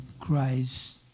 Christ